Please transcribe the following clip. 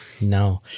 No